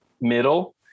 middle